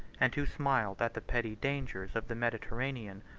and who smiled at the petty dangers of the mediterranean.